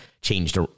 changed